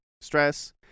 stress